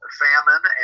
famine